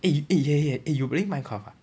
eh eh ya ya eh you playing minecraft ah